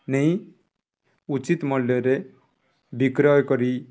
ନେଇ ଉଚିତ ମୂଲ୍ୟରେ ବିକ୍ରୟ କରି